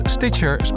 Stitcher